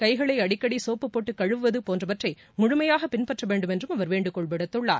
கைகளைஅடிக்கடிசோப்பு போட்டுக் கழுவுவதபோன்றவற்றைமுழுமையாகபின்பற்றவேண்டும் என்றும் அவர் வேண்டுகோள் விடுத்துள்ளார்